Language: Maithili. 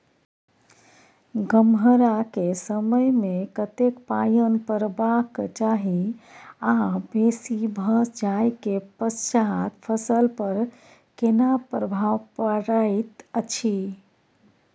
गम्हरा के समय मे कतेक पायन परबाक चाही आ बेसी भ जाय के पश्चात फसल पर केना प्रभाव परैत अछि?